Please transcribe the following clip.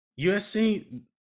USC